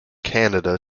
canada